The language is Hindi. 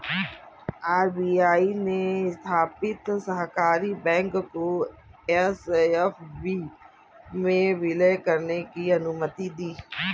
आर.बी.आई ने स्थापित सहकारी बैंक को एस.एफ.बी में विलय करने की अनुमति दी